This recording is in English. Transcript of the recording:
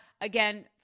again